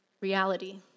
reality